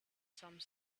some